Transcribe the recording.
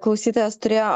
klausytojas turėjo